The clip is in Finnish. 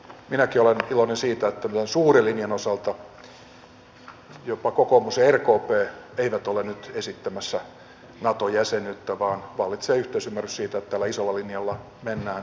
minäkin olen iloinen siitä että meidän suuren linjan osalta jopa kokoomus ja rkp eivät ole nyt esittämässä nato jäsenyyttä vaan vallitsee yhteisymmärrys siitä että tällä isolla linjalla mennään tämä vaalikausi